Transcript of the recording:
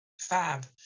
Fab